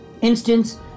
instance